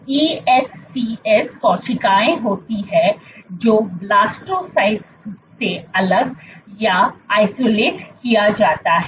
ESCs कोशिकाएं होती हैं जो ब्लास्टोसिस्ट से अलग या आइसोलेट किया जाता है